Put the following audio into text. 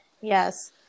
Yes